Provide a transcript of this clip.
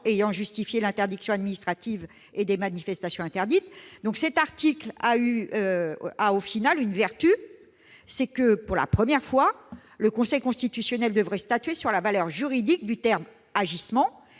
ayant justifié l'interdiction administrative et les manifestations interdites. Cet article a, finalement, une vertu : pour la première fois, le Conseil constitutionnel devrait statuer sur la valeur juridique du terme « agissements »